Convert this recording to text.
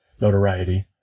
notoriety